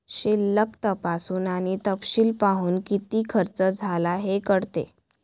शिल्लक तपासून आणि तपशील पाहून, किती खर्च झाला हे कळते